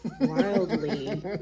wildly